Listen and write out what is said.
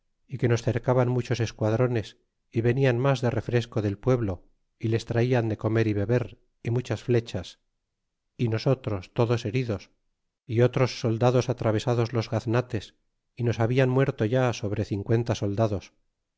y que nos cercaban muchos esquadrones y venian mas de refresco del pueblo y les traian de comer y beber y muchas flechas y nosotros todos heridos y otros soldados atravesados los gaznates y nos hablan muerto ya sobre cincuenta soldados